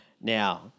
Now